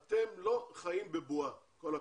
אתם לא חיים בבועה, עם כל הכבוד,